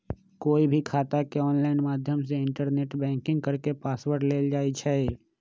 कोई भी खाता के ऑनलाइन माध्यम से इन्टरनेट बैंकिंग करके पासवर्ड लेल जाई छई